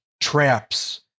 traps